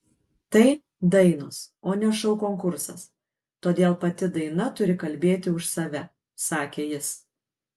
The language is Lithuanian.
tai dainos o ne šou konkursas todėl pati daina turi kalbėti už save sakė jis